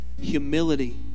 humility